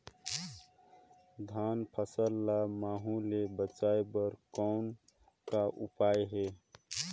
धान फसल ल महू ले बचाय बर कौन का उपाय हे?